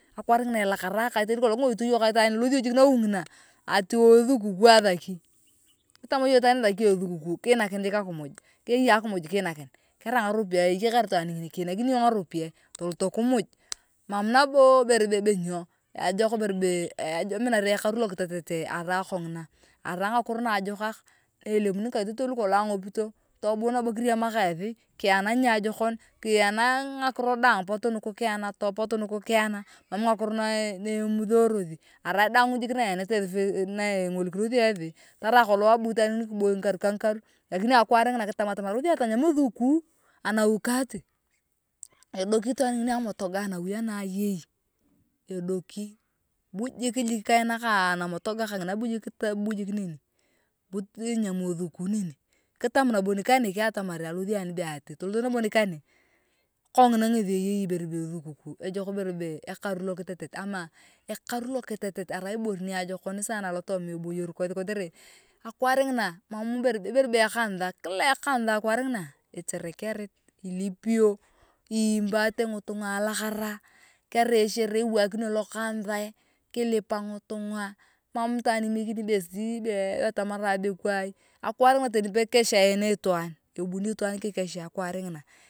Akwaar nglina elakara kae teni kolong kingoito iyong ka itwaan ilothi jik nawi ngina ati wooo ethukuku asaki kitama yong itwaa ithaki ethukuku kiinakin jik akimuj keyei akimuj kiinakini kerai ngaropiae kiinakin tolot kimuj mam nabo ibere be nyo ejok ibere beee eee aminar ayong ekaru lokitet arai konini arai ngakiro naajokak na elimuni ngikaitotoi lukolong angopito tobuu nabo kiriama ka eethi kiyena niajokon kiyana ngakiro daang potou huku kigana potu nuku mam ngakiro na emuthierothi arai jik daang ngakiro na eyenete kori na ingolikithini tarai kolong abu itwaan ngini kiboi ngikaru ka ngikaru lakini akwaar ngina kitam atamar alothi atanyam ethuku ka anawi kati edoki itwaaan ngini amotoga anawi anayeyi edoki bu jik kaina anamotoga kangina buu jik noni bu.